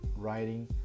writing